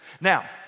Now